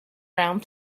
round